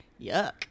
Yuck